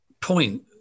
point